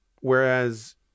Whereas